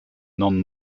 non